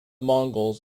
mongols